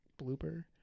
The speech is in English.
Blooper